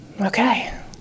Okay